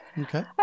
okay